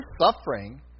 suffering